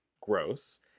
gross